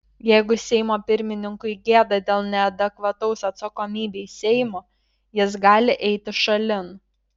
jeigu seimo pirmininkui gėda dėl neadekvataus atsakomybei seimo jis gali eiti šalin